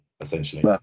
essentially